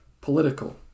political